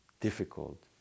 difficult